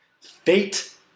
Fate